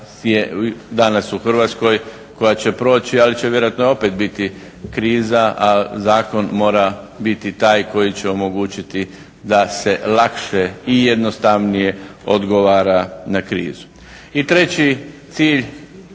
danas u Hrvatskoj, koja će proći ali će vjerojatno opet biti kriza a zakon mora biti taj koji će omogućiti da se lakše i jednostavnije odgovara na krizu. I treći cilj